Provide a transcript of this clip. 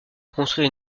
construire